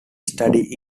study